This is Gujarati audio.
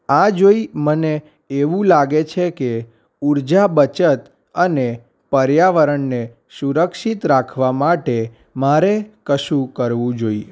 આ જોઈ મને એવું લાગે છે કે ઉર્જા બચત અને પર્યાવરણને સુરક્ષિત રાખવા માટે મારે કશું કરવું જોઈએ